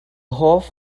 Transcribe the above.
hoff